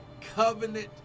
covenant